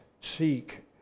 seek